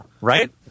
right